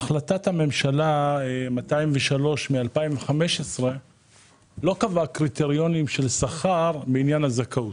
החלטת הממשלה מספר 203 מ-2015 לא קבעה קריטריונים של שכר בעניין הזכאות.